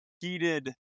heated